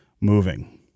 moving